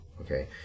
okay